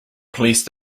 police